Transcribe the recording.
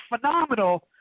phenomenal